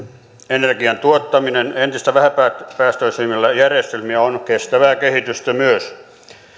energian tuottaminen entistä vähäpäästöisemmillä järjestelmillä on myös kestävää kehitystä